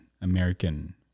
American